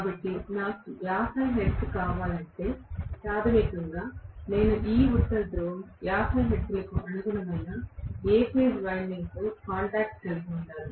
కాబట్టి నాకు 50 హెర్ట్జ్ కావాలంటే ప్రాథమికంగా నేను ఈ ఉత్తర ధ్రువం 50 హెర్ట్జ్లకు అనుగుణమైన A ఫేజ్ వైండింగ్తో కాంటాక్ట్ కలిగి ఉండాలి